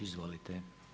Izvolite.